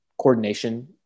coordination